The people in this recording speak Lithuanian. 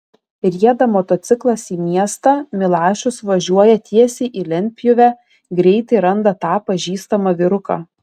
rieda motociklas į miestą milašius važiuoja tiesiai į lentpjūvę greitai randa tą pažįstamą vyruką